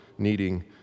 needing